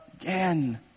again